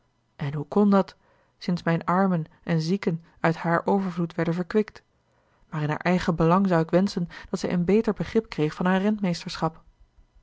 en hoe kon dat sinds mijne armen en zieken uit haar overvloed werden verkwikt maar in haar eigen belang zou ik wenschen dat zij een beter begrip kreeg van haar